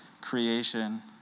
creation